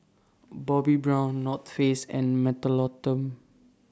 Bobbi Brown North Face and Mentholatum